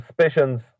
suspicions